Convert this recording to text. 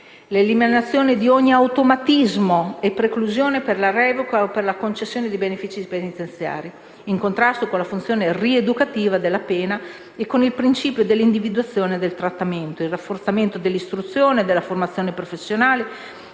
l'eliminazione di ogni automatismo e preclusione per la revoca o per la concessione dei benefici penitenziari, in contrasto con la funzione rieducativa della pena e con il principio dell'individuazione del trattamento; il rafforzamento dell'istruzione e della formazione professionale